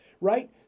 right